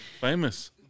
Famous